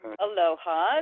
Aloha